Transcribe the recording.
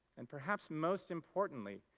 and perhaps most importantly,